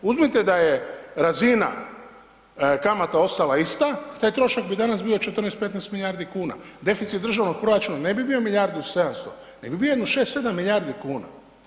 Uzmite da je razina kamata ostala ista taj trošak bi dana bio 14-15 milijardi kuna, deficit državnog proračuna ne bi bio milijardu i 700 nego bi bio jedno 6-7 milijardi kuna.